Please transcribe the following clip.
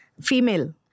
Female